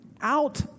out